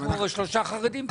אנחנו שלושה חרדים כאן.